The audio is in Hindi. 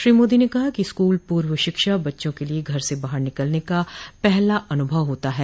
श्रो मोदी ने कहा कि स्कूल पूर्व शिक्षा बच्चों के लिए घर से बाहर निकलने का पहला अनुभव होता ह